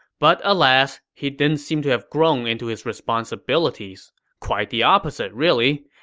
but alas, he didn't seem to have grown into his responsibilities. quite the opposite, really.